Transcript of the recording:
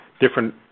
different